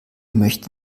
möchte